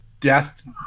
death